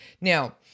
Now